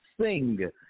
sing